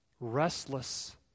restless